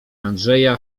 andrzeja